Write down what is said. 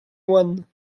one